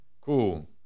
cool